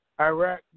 Iraq